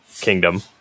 Kingdom